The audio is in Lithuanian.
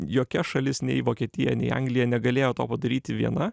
jokia šalis nei vokietija nei anglija negalėjo to padaryti viena